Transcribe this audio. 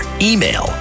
email